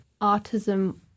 autism